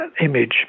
image